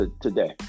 today